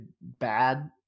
bad